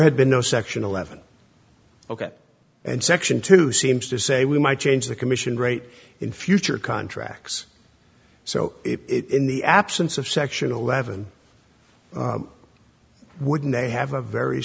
had been no section eleven ok and section two seems to say we might change the commission rate in future contracts so it in the absence of section eleven wouldn't they have a very